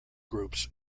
groups